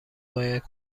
باید